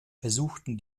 versuchten